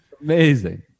Amazing